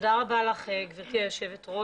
תודה רבה לך גברתי היושבת ראש.